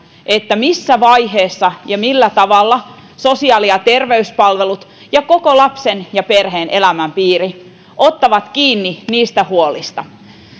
missä vaiheessa ja millä tavalla sosiaali ja terveyspalvelut ja koko lapsen ja perheen elämänpiiri ottavat kiinni niistä huolista